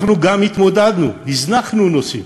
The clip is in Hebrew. אנחנו גם התמודדנו, הזנחנו נושאים,